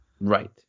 Right